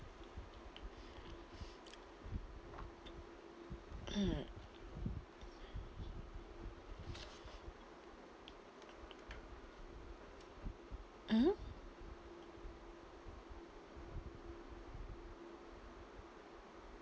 mm mm